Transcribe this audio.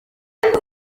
ibihe